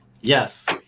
Yes